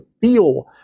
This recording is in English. feel